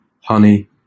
honey